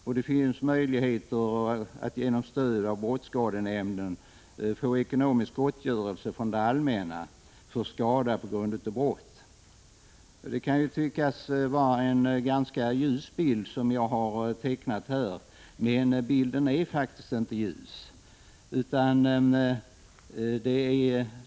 Det finns t.o.m. möjligheter att genom stöd av brottsskadenämnden få ekonomisk gottgörelse från det allmänna för skada på grund av brott. Det kan tyckas vara en ganska ljus bild av läget som jag har tecknat, men bilden är faktiskt inte ljus.